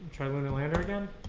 lunar lander and and